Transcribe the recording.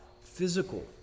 physical